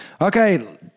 Okay